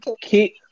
keep